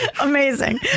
Amazing